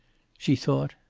she thought,